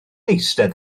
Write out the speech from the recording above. eistedd